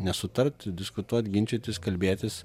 nesutart diskutuot ginčytis kalbėtis